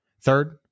Third